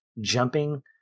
jumping